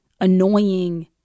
annoying